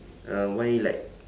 uh why like